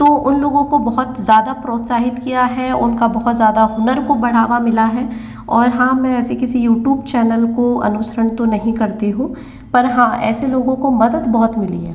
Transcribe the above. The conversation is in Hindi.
तो उन लोगों को बहुत ज़्यादा प्रोत्साहित किया है उनका बहुत ज़्यादा हुनर को बढ़ावा मिला है और हाँ मैं ऐसे किसी यूटूब चैनल को अनुसरण तो नहीं करती हूँ पर हाँ ऐसे लोगों को मदद बहुत मिली है